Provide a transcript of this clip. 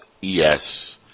Yes